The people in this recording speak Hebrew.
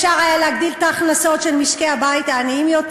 אפשר היה להגדיל אתו הכנסות של משקי-הבית העניים יותר.